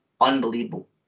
unbelievable